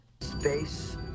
space